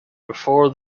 before